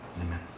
Amen